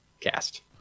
cast